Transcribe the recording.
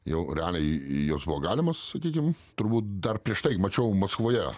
jau realiai jos buvo galima sakykim turbūt dar prieš tai mačiau maskvoje